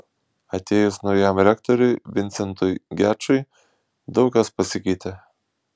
atėjus naujam rektoriui vincentui gečui daug kas pasikeitė